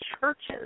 churches